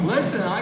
Listen